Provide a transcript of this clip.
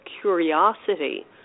curiosity